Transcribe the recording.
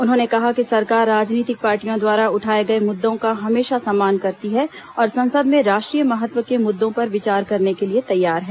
उन्होंने कहा कि सरकार राजनीतिक पार्टियों द्वारा उठाए गए मुद्दों का हमेशा सम्मान करती है और संसद में राष्ट्रीय महत्व के मुद्दों पर विचार करने के लिए तैयार है